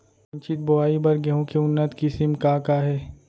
सिंचित बोआई बर गेहूँ के उन्नत किसिम का का हे??